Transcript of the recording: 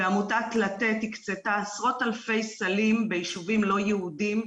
ועמותת לתת הקצתה עשרות אלפי סלים ביישובים לא יהודיים,